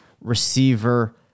receiver